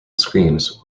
screams